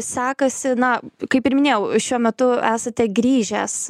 sekasi na kaip ir minėjau šiuo metu esate grįžęs